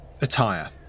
attire